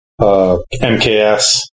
MKS